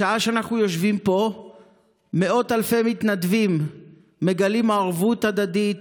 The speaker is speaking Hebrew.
בשעה שאנחנו יושבים פה מאות אלפי מתנדבים מגלים ערבות הדדית,